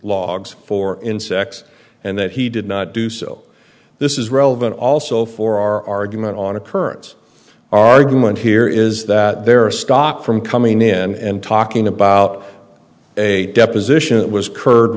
logs for insects and that he did not do so this is relevant also for our argument on occurrence argument here is that there are stopped from coming in and talking about a deposition